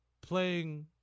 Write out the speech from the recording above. playing